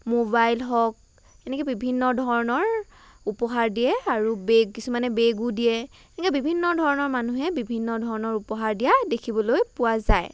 mobile হওক এনেকৈ বিভিন্ন ধৰণৰ উপহাৰ দিয়ে বেগ কিছুমানে বেগো দিয়ে সেনেকৈ বিভিন্ন ধৰণৰ মানুহে বিভিন্ন ধৰণৰ উপহাৰ দিয়া দেখিবলৈ পোৱা যায়